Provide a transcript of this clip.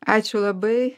ačiū labai